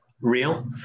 real